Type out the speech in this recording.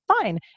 fine